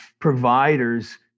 providers